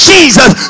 Jesus